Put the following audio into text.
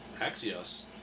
Axios